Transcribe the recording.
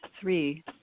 Three